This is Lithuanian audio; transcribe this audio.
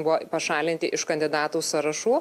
buvo pašalinti iš kandidatų sąrašų